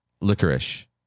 licorice